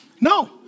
No